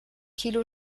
kilo